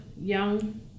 young